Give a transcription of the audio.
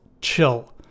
chill